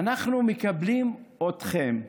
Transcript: ואנחנו מקבלים אתכם כאחים,